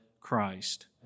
Christ